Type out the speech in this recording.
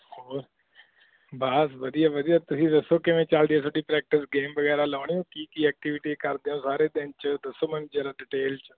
ਹੋਰ ਬਸ ਵਧੀਆ ਵਧੀਆ ਤੁਸੀਂ ਦੱਸੋ ਕਿਵੇਂ ਚੱਲਦੀ ਹੈ ਤੁਹਾਡੀ ਪ੍ਰੈਕਟਿਸ ਗੇਮ ਵਗੈਰਾ ਲਾਉਂਦੇ ਕੀ ਕੀ ਐਕਟੀਵਿਟੀ ਕਰਦੇ ਹੋ ਸਾਰੇ ਦਿਨ 'ਚ ਦੱਸੋ ਮੈਨੂੰ ਜਰਾ ਡਿਟੇਲ 'ਚ